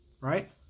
right